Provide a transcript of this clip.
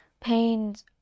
Pains